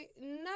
No